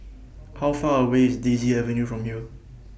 How Far away IS Daisy Avenue from here